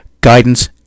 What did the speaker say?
guidance